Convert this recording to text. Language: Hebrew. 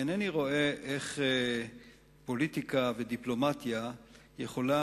אינני רואה איך פוליטיקה ודיפלומטיה יכולות